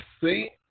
see